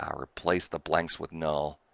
ah replace the blanks with null,